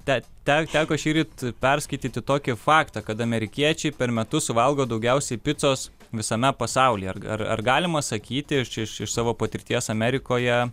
te te teko šįryt perskaityti tokį faktą kad amerikiečiai per metus suvalgo daugiausiai picos visame pasaulyje ar ar galima sakyti iš čia iš savo patirties amerikoje